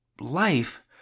life